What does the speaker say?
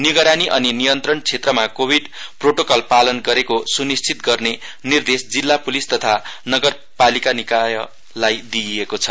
निगरानी अनि नियन्त्रण क्षेत्रमा कोविड प्रोटोकल पालन गरेको सुनिस्श्चित गर्ने निर्देश जिल्ला प्लिस तथा नगरपालिका निकायलाई दिइएको छ